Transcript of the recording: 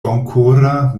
bonkora